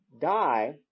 die